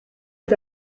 est